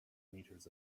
meters